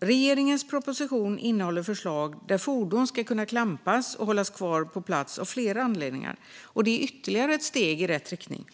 Regeringens proposition innehåller förslag om att fordon ska kunna klampas och hållas kvar på plats av flera anledningar. Detta är ytterligare ett steg i rätt riktning.